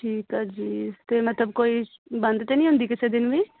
ਠੀਕ ਆ ਜੀ ਅਤੇ ਮਤਲਬ ਕੋਈ ਬੰਦ ਤਾਂ ਨਹੀਂ ਹੁੰਦੀ ਕਿਸੇ ਦਿਨ ਵੀ